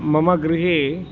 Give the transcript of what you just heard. मम गृहे